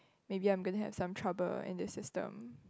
maybe I am gonna have some trouble at this system